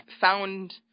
found